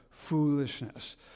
foolishness